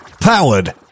powered